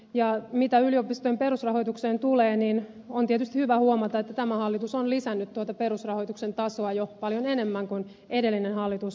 ja mitä yliopistojen perusrahoitukseen tulee niin on tietysti hyvä huomata että tämä hallitus on lisännyt tuota perusrahoituksen tasoa jo paljon enemmän kuin edellinen hallitus